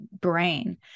brain